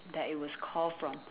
that it was call from